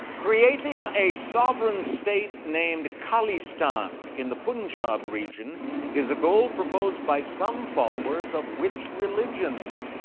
creating a sovereign state named khalistan in the punjab region is a goal proposed by some followers of which religion?